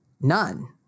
None